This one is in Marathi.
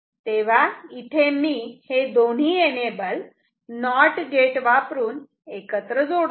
तेव्हा इथे मी हे दोन्ही एनेबल नॉट गेट वापरून एकत्र जोडतो